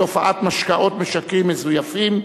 בתופעת משקאות משכרים מזויפים,